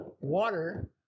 water